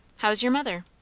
how's your mother?